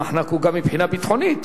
המחנק הוא גם מבחינה ביטחונית.